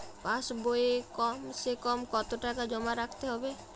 পাশ বইয়ে কমসেকম কত টাকা জমা রাখতে হবে?